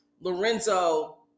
Lorenzo